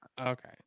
Okay